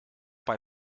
bei